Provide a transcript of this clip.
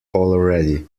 already